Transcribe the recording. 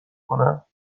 کنم